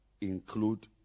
include